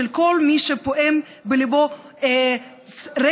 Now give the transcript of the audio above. שכל מי שפועם בליבו רגש